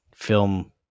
Film